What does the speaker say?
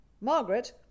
Margaret